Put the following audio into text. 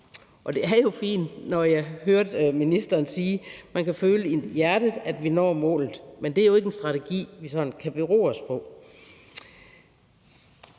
Og det er fint, når vi kunne høre ministeren sige, at man kan føle i hjertet, at vi når målet, men det er jo ikke en strategi, vi sådan kan forlade os på.